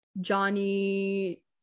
johnny